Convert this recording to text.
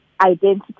identity